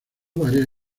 varias